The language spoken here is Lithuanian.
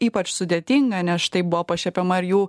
ypač sudėtinga nes štai buvo pašiepiama ir jų